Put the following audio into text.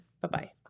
Bye-bye